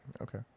Okay